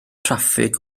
traffig